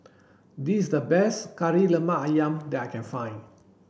this is the best Kari Lemak Ayam that I can find